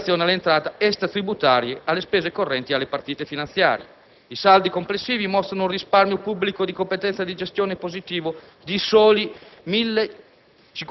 in relazione alle entrate extratributarie, alle spese correnti e alle partite finanziarie. I saldi complessivi mostrano un risparmio pubblico di competenza di gestione positivo di soli 1.509